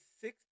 six